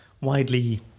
widely